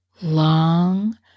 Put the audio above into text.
long